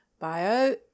Bio